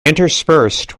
interspersed